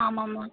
ஆமாம்மா